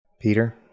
Peter